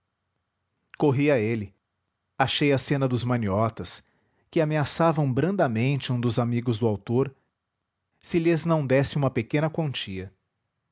a ele achei a cena dos maniotas que ameaçavam brandamente um dos amigos do autor se lhes não desse uma pequena quantia